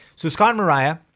so scott mariah,